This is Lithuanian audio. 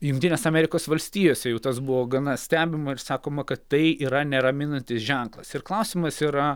jungtinės amerikos valstijose jau tas buvo gana stebima ir sakoma kad tai yra neraminantis ženklas ir klausimas yra